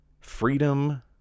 freedom